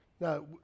Now